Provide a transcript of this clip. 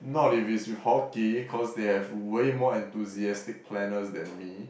not if it's with hockey cause they have way more enthusiastic planners than me